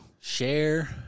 Share